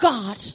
God